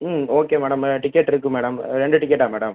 ஆமாம் okay madam ticket இருக்குது madam ரெண்டு டிக்கெட்டா மேடம்